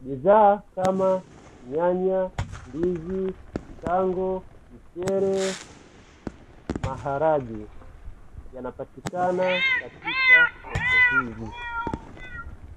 Bidhaa kama; nyanya, ndizi, tango, mchele, maharage yanapatikana katika soko hili.